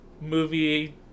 movie